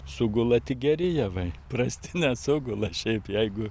sugula tik geri javai prasti nesugula šiaip jeigu